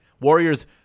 Warriors